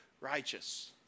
righteous